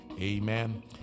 Amen